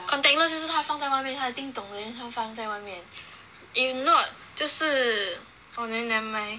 contactless 就是他放在外面他 ding-dong then 他放在外面 if not 就是 okay then nevermind